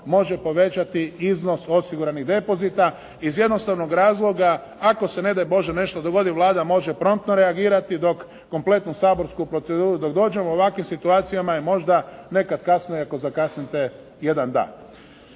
može povećati iznos osiguranih depozita iz jednostavnog razloga ako se ne daj Bože nešto dogodi, Vlada može promptno reagirati dok kompletnu saborsku proceduru dok dođemo, u ovakvim situacijama je možda nekad kasno i ako zakasnite jedan dan.